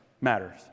matters